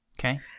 Okay